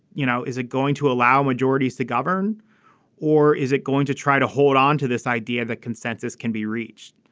you know is it going to allow majorities to govern or is it going to try to hold on to this idea that consensus can be reached.